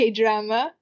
drama